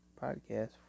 podcast